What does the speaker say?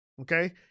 Okay